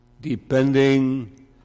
depending